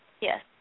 Yes